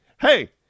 hey